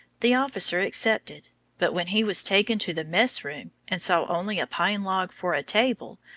the officer accepted but when he was taken to the mess-room, and saw only a pine log for a table,